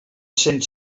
cent